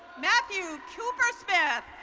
matthew cooper-smith.